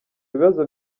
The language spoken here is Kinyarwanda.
bibazo